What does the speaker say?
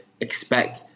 expect